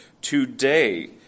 today